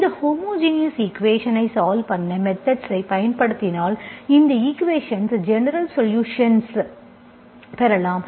இந்த ஹோமோஜெனியஸ் ஈக்குவேஷன்ஸ்ஐ சால்வ் பண்ண மெத்தெட்ஸ்ஐ பயன்படுத்தினால் இந்த ஈக்குவேஷன்ஸ் ஜெனரல் சொலுஷன் பெறலாம்